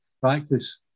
practice